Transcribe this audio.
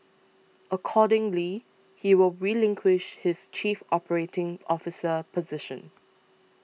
accordingly he will relinquish his chief operating officer position